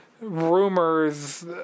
rumors